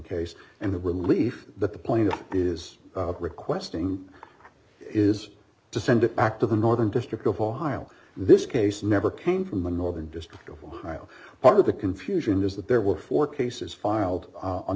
case and the relief that the plaintiff is requesting is to send it back to the northern district of ohio this case never came from the northern district of ohio part of the confusion is that there were four cases filed